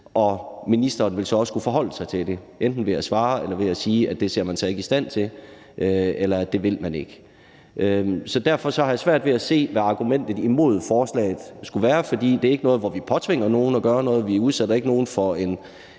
og ministeren vil så også skulle forholde sig til det, enten ved at svare eller ved at sige, at det ser man sig ikke i stand til, eller at det vil man ikke. Så derfor har jeg svært ved at se, hvad argumentet imod forslaget skulle være. For det er ikke noget, hvor vi påtvinger nogen at gøre noget, vi udsætter ikke nogen for en